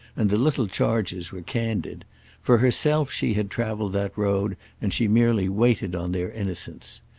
and the little charges were candid for herself she had travelled that road and she merely waited on their innocence.